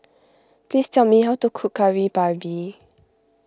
please tell me how to cook Kari Babi